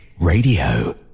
Radio